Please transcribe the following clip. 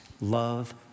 love